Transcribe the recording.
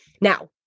now